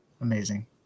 amazing